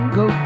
go